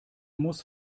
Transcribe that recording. muss